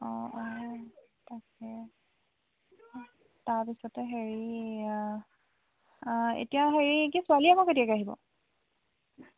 অঁ অঁ তাকে তাৰপিছতে হেৰি এতিয়া হেৰি কি ছোৱালী আকৌ কেতিয়াকে আহিব